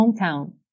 hometown